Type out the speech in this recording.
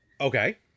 Okay